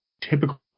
typical